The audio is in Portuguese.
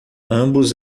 ambos